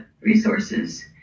resources